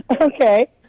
Okay